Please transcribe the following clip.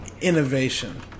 innovation